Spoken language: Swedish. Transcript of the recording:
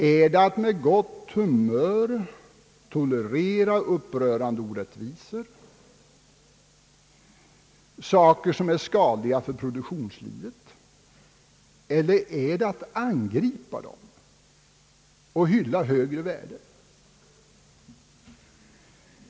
Är det att med gott humör tolerera upprörande orättvisor, saker som är skadliga för produktionslivet, eller är det att angripa problemen och hylla högre värden?